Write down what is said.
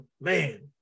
man